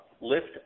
lift